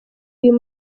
uyu